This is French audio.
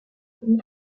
une